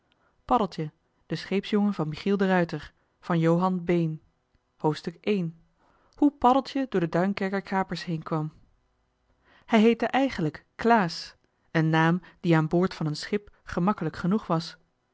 de scheepsjongen van michiel de ruijter i hoe paddeltje door de duinkerker kapers heen kwam hij heette eigenlijk klaas een naam die aan boord van een schip gemakkelijk genoeg was